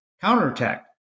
counterattack